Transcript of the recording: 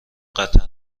قطر